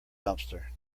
dumpster